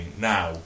now